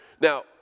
Now